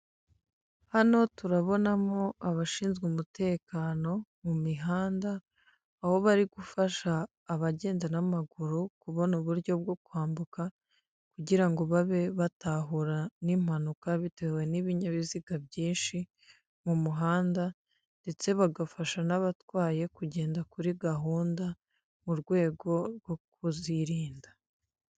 Hano turabonamo abashinzwe umutekano mu mihanda, aho bari gufasha abagenda n'amaguru kubona uburyo bwo kwambuka, kugira ngo babe batahura n'impanuka bitewe n'ibinyabiziga byinshi mu muhanda ndetse bagafasha n'abatwaye kugenda kuri gahunda mu rwego rwo kuzirinda.